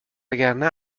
وگرنه